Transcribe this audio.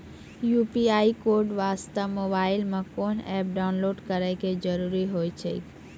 UPI code वास्ते mobile मे कोय एप्प डाउनलोड करे के जरूरी होय छै की?